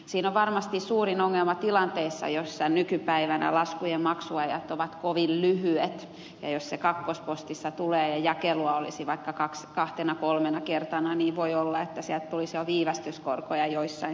siinä on varmasti suurin ongelma tilanteessa jossa nykypäivänä laskujen maksuajat ovat kovin lyhyet ja jos se kakkospostissa tulee ja jakelua olisi vaikka kahtena kolmena kertana niin voi olla että sieltä tulisi jo viivästyskorkoja joissain tilanteissa